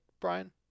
Brian